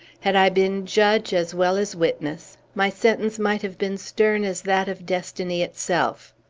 had i been judge as well as witness, my sentence might have been stern as that of destiny itself.